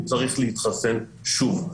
הוא צריך להתחסן שוב.